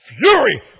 fury